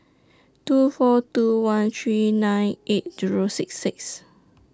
two four two one three nine eight Zero six six